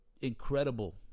Incredible